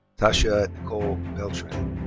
taisha nicole beltran.